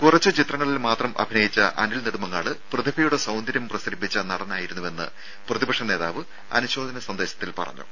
കുറച്ചു ചിത്രങ്ങളിൽ മാത്രം അഭിനയിച്ച അനിൽ നെടുമങ്ങാട് പ്രതിഭയുടെ സൌന്ദര്യം പ്രസരിപ്പിച്ച നടനായിരുന്നുവെന്ന് പ്രതിപക്ഷ നേതാവ് അനുശോചന സന്ദേശത്തിൽ പറഞ്ഞു